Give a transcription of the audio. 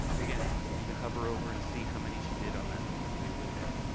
again, you can hover over and see how many she did on that particular particular day.